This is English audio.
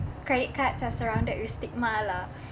credit cards are surrounded with stigma lah